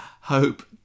Hope